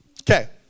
Okay